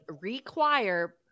require